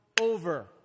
over